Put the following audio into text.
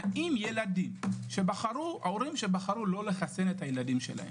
האם ההורים שבחרו לא לחסן את ילדיהם